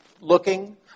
looking